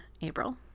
April